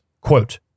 Quote